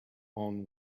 own